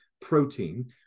protein